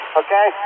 okay